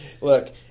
Look